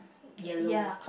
yellow